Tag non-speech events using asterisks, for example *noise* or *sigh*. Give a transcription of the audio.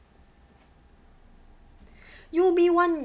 *breath* U_O_B [one]